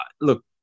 look